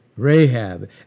Rahab